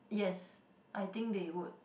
yes I think they would